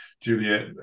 Juliet